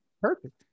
Perfect